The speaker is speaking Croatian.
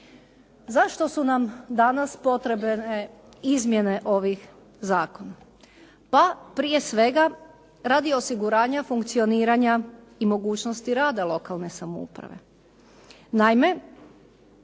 Zašto su nam danas potrebne izmjene ovih zakona? Pa prije svega radi osiguranja funkcioniranja i mogućnosti rada lokalne samouprave.